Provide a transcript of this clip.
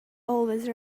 always